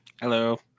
Hello